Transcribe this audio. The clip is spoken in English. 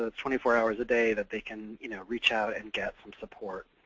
ah twenty four hours a day that they can you know reach out and get some support.